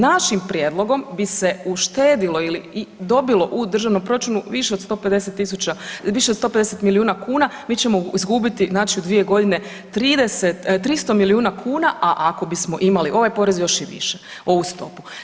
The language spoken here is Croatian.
Našim prijedlogom bi se uštedilo i dobilo u državnom proračunu više od 150 milijuna kuna, mi ćemo izgubiti znači u 2.g. 300 milijuna kuna, a ako bismo imali ovaj porez još i više, ovu stopu.